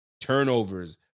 turnovers